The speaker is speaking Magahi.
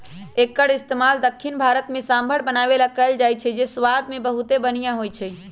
एक्कर इस्तेमाल दख्खिन भारत में सांभर बनावे ला कएल जाई छई जे स्वाद मे बहुते बनिहा होई छई